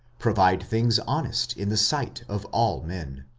provide things honest in the sight of all men.